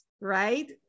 right